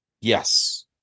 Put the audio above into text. Yes